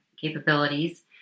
capabilities